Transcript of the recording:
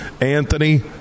Anthony